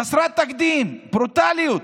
חסרת תקדים, ברוטליות